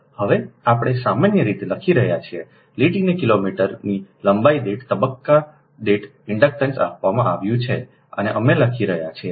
હવે આપણે સામાન્ય રીતે લખી રહ્યા છીએ લીટીની કિલોમીટર લંબાઈ દીઠ તબક્કા દીઠ ઇન્ડક્ટન્સ આપવામાં આવ્યું છે અમે લખી રહ્યા છીએ કે L 0